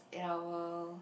and I will